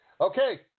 Okay